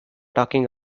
talking